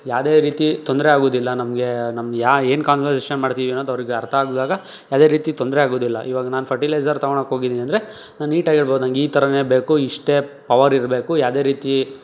ಯಾವುದೇ ರೀತಿ ತೊಂದರೆ ಆಗುವುದಿಲ್ಲ ನಮಗೆ ನಮ್ಗೆ ಯಾ ಏನು ಕಾನ್ವರ್ಸೇಷನ್ ಮಾಡ್ತೀವಿ ಅನ್ನೋದು ಅವರಿಗೆ ಅರ್ಥ ಆದಾಗ ಯಾವುದೇ ರೀತಿ ತೊಂದರೆ ಆಗೋದಿಲ್ಲ ಇವಾಗ ನಾನು ಫರ್ಟಿಲೈಝರ್ ತಗೊಳ್ಳೋಕೆ ಹೋಗಿದ್ದೀನಿ ಅಂದರೆ ನಾನು ನೀಟಾಗಿ ಹೇಳ್ಬೋದು ನಂಗೆ ಈ ಥರನೇ ಬೇಕು ಇಷ್ಟೇ ಪವರ್ ಇರಬೇಕು ಯಾವುದೇ ರೀತಿ